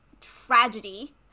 tragedy